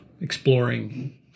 exploring